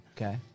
Okay